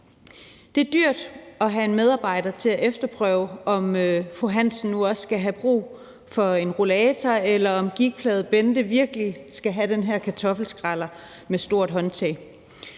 Det er dyrt at have en medarbejder til at efterprøve, om fru Hansen nu også har brug for en rollator, eller om gigtplagede Bente virkelig skal have den her kartoffelskræller med stort håndtag.